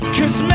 Cause